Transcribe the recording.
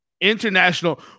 international